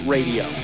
Radio